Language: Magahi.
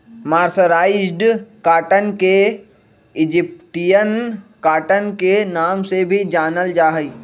मर्सराइज्ड कॉटन के इजिप्टियन कॉटन के नाम से भी जानल जा हई